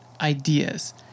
ideas